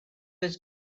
was